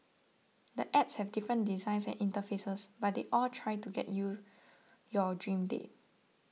the apps have different designs and interfaces but they all try to get you your dream date